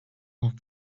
off